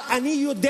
אני יודע